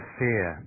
fear